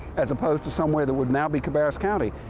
as opposed to somewhere that would now be cabarrus county.